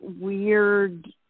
weird